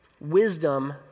Wisdom